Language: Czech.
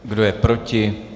Kdo je proti?